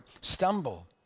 stumble